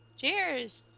Cheers